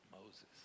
Moses